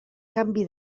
canvi